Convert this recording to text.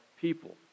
people